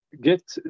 get